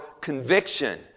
conviction